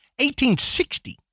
1860